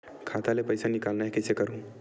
खाता ले पईसा निकालना हे, कइसे करहूं?